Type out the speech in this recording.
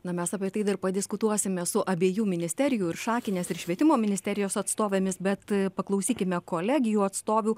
na mes apie tai dar padiskutuosime su abiejų ministerijų ir šakinės ir švietimo ministerijos atstovėmis bet paklausykime kolegijų atstovių